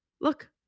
Look